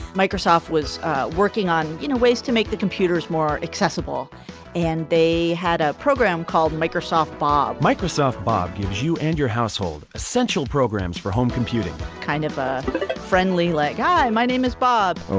microsoft was working on you know ways to make the computers more accessible and they had a program called microsoft bob microsoft bob gives you and your household essential programs for home computing kind of a friendly leg. hi my name is bob.